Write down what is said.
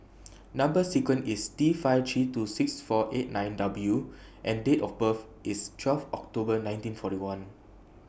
Number sequence IS T five three two six four eight nine W and Date of birth IS twelfth October nineteen forty one